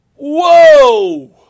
Whoa